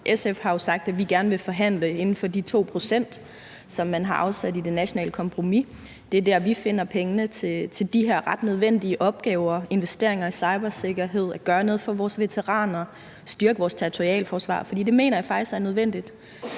SF har jo sagt, at vi gerne vil forhandle inden for de 2 pct., som man har afsat i det nationale kompromis. Det er der, vi finder pengene til de her ret nødvendige opgaver: investeringer i cybersikkerhed, at gøre noget for vores veteraner og at styrke vores territorialforsvar. For det mener jeg faktisk er nødvendigt.